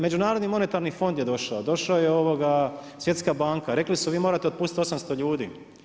Međunarodni monetarni fond je došao, došao je Svjetska banka, rekli su vi morate otpustiti 800 ljudi.